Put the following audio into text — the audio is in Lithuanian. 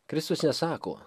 kristus nesako